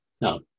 No